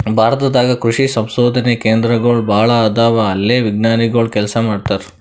ಭಾರತ ದಾಗ್ ಕೃಷಿ ಸಂಶೋಧನೆ ಕೇಂದ್ರಗೋಳ್ ಭಾಳ್ ಅದಾವ ಅಲ್ಲೇ ವಿಜ್ಞಾನಿಗೊಳ್ ಕೆಲಸ ಮಾಡ್ತಾರ್